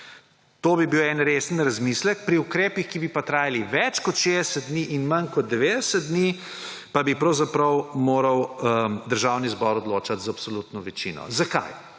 To bi bil en resen razmislek. Pri ukrepih, ki bi pa trajali več 60 dni in manj kot 90 dni, pa bi moral odločati Državni zbor z absolutno večino. Zakaj?